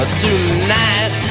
tonight